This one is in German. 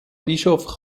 bischof